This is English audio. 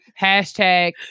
hashtag